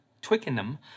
Twickenham